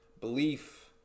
Belief